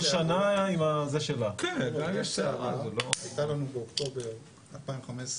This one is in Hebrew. הייתה לנו באוקטובר 2015,